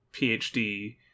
PhD